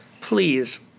please